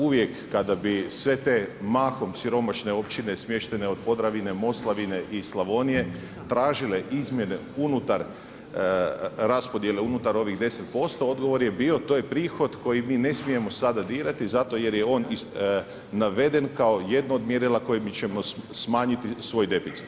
Uvijek kada bi sve te mahom siromašne općine smještene od Podravine, Moslavine i Slavonije tražile izmjene unutar raspodjele unutar ovih 10% odgovor je bio to je prihod koji mi ne smijemo sada dirati zato jer je on naveden kao jedno od mjerila kojim ćemo smanjiti svoj deficit.